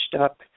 up